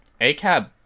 ACAB